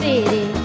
City